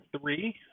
three